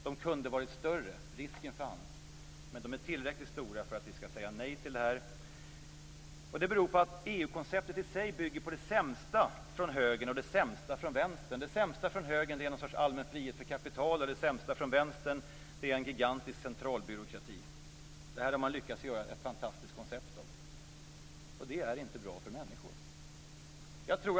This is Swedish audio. De kunde ha varit större - den risken fanns - men de är tillräckligt stora för att vi skall säga nej till det här. EU-konceptet i sig bygger nämligen på det sämsta från högern och det sämsta från vänstern. Det sämsta från högern är en sorts allmän frihet för kapital, och det sämsta från vänstern är en gigantisk centralbyråkrati. Detta har man lyckats göra ett fantastiskt koncept av. Det är inte bra för människor.